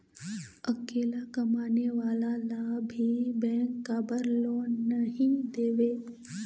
अकेला कमाने वाला ला भी बैंक काबर लोन नहीं देवे?